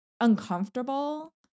uncomfortable